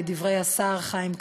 לדברי השר חיים כץ.